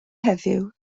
heddiw